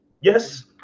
Yes